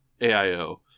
AIO